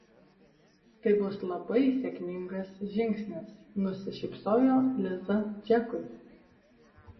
tai bus labai sėkmingas žingsnis nusišypsojo liza džekui